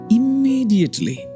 immediately